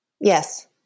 Yes